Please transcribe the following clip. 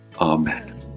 Amen